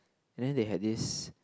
and then they had this